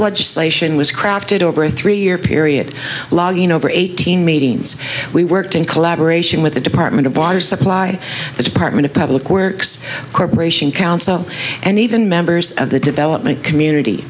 legislation was crafted over a three year period over eighteen meetings we worked in collaboration with the department of water supply the department of public works corporation council and even members of the development community